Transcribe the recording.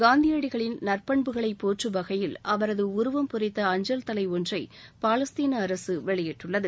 காந்தியடிகளின் நற்பண்புகளை போற்றும் வகையில் அவரது உருவம் பொறித்த அஞ்சல் தலை ஒன்றை பாலஸ்தீன அரசு வெளியிட்டுள்ளது